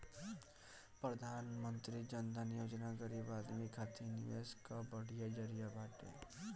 प्रधानमंत्री जन धन योजना गरीब आदमी खातिर निवेश कअ बढ़िया जरिया बाटे